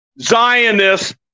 Zionists